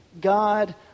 God